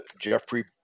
jeffrey